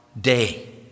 Day